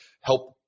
help